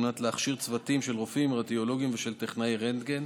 על מנת להכשיר צוותים של רופאים רדיולוגים ושל טכנאי רנטגן.